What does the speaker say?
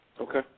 Okay